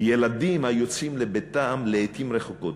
ילדים היוצאים לביתם לעתים רחוקות.